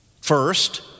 First